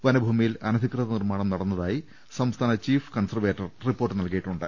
വനഭൂമിയിൽ അനധികൃത നിർമ്മാണം നടന്നതായി സംസ്ഥാന ചീഫ് കൺസർവേറ്റർ റിപ്പോർട്ട് നൽകിയിട്ടുണ്ട്